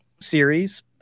series